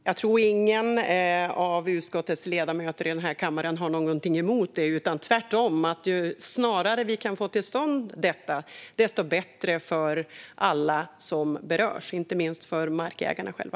Fru talman! Jag tror inte att någon av utskottets ledamöter i denna kammare har någonting emot det, tvärtom. Ju snarare vi kan få till stånd detta, desto bättre för alla som berörs - inte minst för markägarna själva.